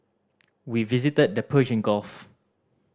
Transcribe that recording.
we visited the Persian Gulf